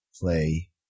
play